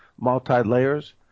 multi-layers